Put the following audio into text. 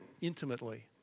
intimately